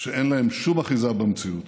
שאין להם שום אחיזה במציאות.